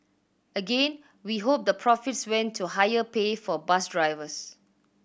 again we hope the profits went to higher pay for bus drivers